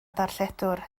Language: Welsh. darlledwr